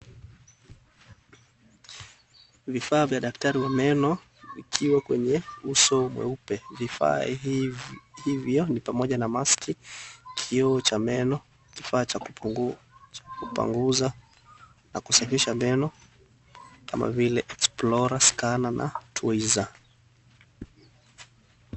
Vifaa vya daktari wa meno vikiwa kwenye uso mweupe, vifaa hivyo ni pamoja na maski, kioo cha meno, kifaa cha kupanguza na kusfisha meno kama vile explorer, scanner na twizer .